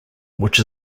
which